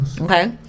Okay